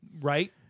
Right